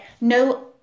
no